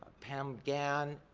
pam gann,